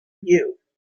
you